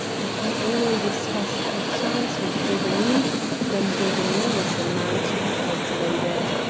if he only discussed her charms with daubeney then daubeney was a man to be cultivated.